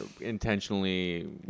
intentionally